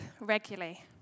regularly